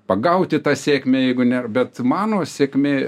pagauti tą sėkmę jeigu nėr bet mano sėkmė